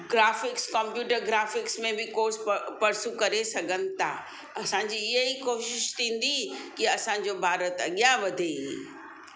graphics computer graphics में बि course परसू करे सघनि था असांजी ईहेई कोशिशि थींदी की असां जो भारत अॻियां वधे